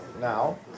now